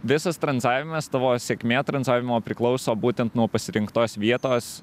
visas tranzavimas tavo sėkmė tranzavimo priklauso būtent nuo pasirinktos vietos